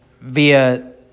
via